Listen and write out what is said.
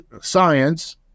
science